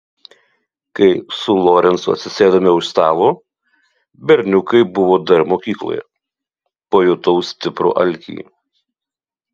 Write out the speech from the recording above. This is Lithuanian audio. kai su lorencu atsisėdome už stalo berniukai buvo dar mokykloje pajutau stiprų alkį